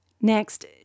Next